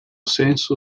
senso